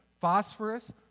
phosphorus